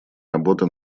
работа